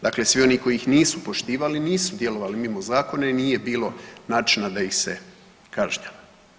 Dakle, svi oni koji ih nisu poštivali nisu djelovali mimo zakona i nije bilo načina da ih se kažnjava.